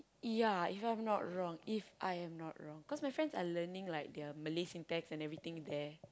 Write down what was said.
ya if you are not wrong If I am not wrong cause my friends are learning their Malay thing and everything there